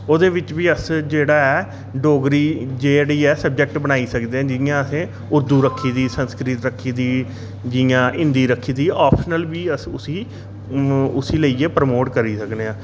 ओह्दे बिच्च बी अस जेह्ड़ा ऐ डोगरी जेह्ड़ी ऐ सब्जेक्ट बनाई सकदे जियां असें उर्दू रक्खी दी संस्कृत रक्खी दी जियां हिंदी रक्खी दी ऑप्शनल बी अस उसी उसी लेइयै प्रमोट करी सकने आं